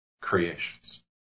creations